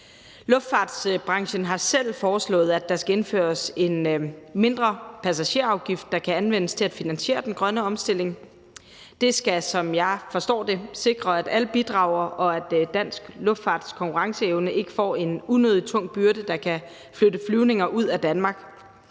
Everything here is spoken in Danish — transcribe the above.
Luftfartsbranchen har selv foreslået, at der skal indføres en mindre passagerafgift, der kan anvendes til at finansiere den grønne omstilling. Det skal, som jeg forstår det, sikre, at alle bidrager, og at dansk luftfarts konkurrenceevne ikke får en unødig tung byrde, der kan flytte flyvninger ud af Danmark.